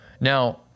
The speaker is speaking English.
Now